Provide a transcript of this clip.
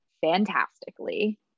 fantastically